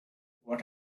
what